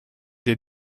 des